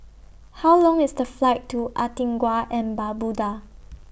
How Long IS The Flight to Antigua and Barbuda